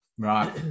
Right